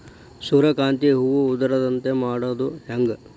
ಸೂರ್ಯಕಾಂತಿ ಹೂವ ಉದರದಂತೆ ಮಾಡುದ ಹೆಂಗ್?